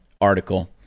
article